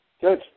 good